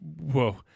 whoa